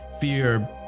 Fear